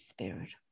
Spirit